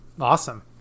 Awesome